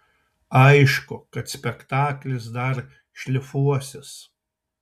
aišku kad spektaklis dar šlifuosis